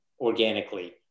organically